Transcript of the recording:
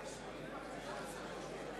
נעשה זאת